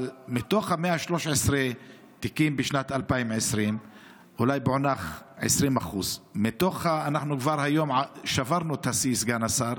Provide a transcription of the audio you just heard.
אבל מתוך 113 תיקים בשנת 2020 אולי פוענחו 20%. סגן השר,